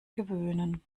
gewöhnen